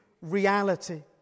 reality